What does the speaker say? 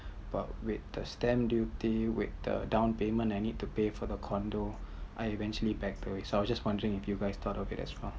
but with the stamp duty with the down payment I need to pay for the condo I eventually back away so I just wondering if you guy thought of it as well